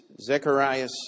Zechariah